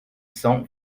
cent